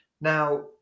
Now